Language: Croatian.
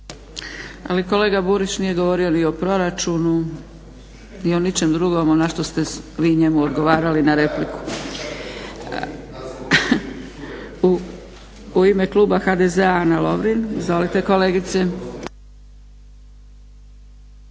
Ali kolega Burić nije govorio ni o proračunu, ni o ničem drugom na što ste vi njemu odgovarali na repliku. U ime kluba HDZ-a Ana Lovrin. Izvolite kolegice.